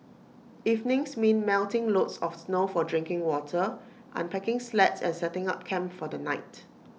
evenings mean melting loads of snow for drinking water unpacking sleds and setting up camp for the night